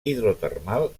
hidrotermal